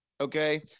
Okay